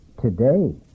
today